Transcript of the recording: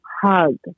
hug